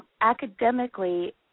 Academically